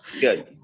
Good